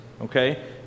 Okay